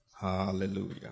Hallelujah